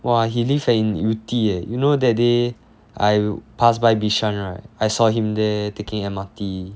!wah! he live in yew tee eh you know that day I passed by bishan right I saw him there taking M_R_T